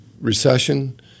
recession